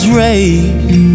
raised